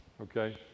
Okay